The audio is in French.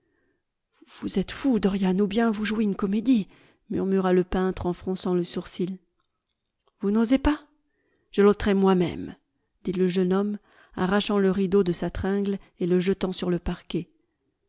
vous êtes fou dorian ou bien vous jouez une comédie murmura le peintre en fronçant le sourcil vous n'osez pas je l'ôterai moi-même dit le jeune homme arrachant le rideau de sa tringle et le jetant sur le parquet